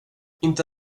inte